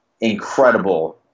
incredible